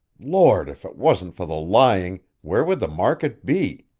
lord, if it wasn't for the lying, where would the market be?